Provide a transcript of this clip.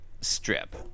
strip